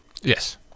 Yes